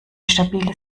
stabile